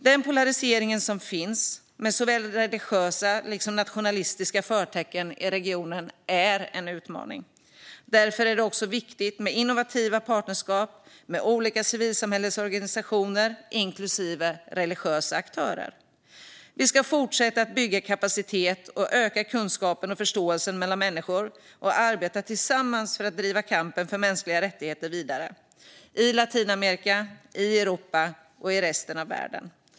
Den polarisering med såväl religiösa som nationalistiska förtecken som finns i regionen är en utmaning. Därför är det också viktigt med innovativa partnerskap med olika civilsamhällesorganisationer, inklusive religiösa aktörer. Vi ska fortsätta att bygga kapacitet, öka kunskapen och förståelsen mellan människor och arbeta tillsammans för att driva kampen för mänskliga rättigheter vidare i Latinamerika, i Europa och i resten av världen.